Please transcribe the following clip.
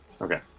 Okay